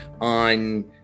on